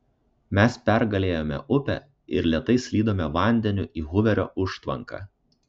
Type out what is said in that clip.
mes pergalėjome upę ir lėtai slydome vandeniu į huverio užtvanką